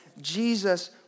Jesus